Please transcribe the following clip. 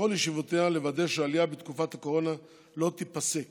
בכל ישיבותיה לוודא שהעלייה בתקופת הקורונה לא תיפסק